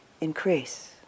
increase